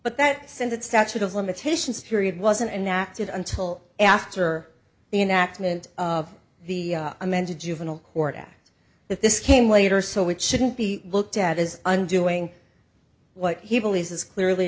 but that said that statute of limitations period wasn't enacted until after the enactment of the amended juvenile court act that this came later so which shouldn't be looked at as undoing what he believes as clearly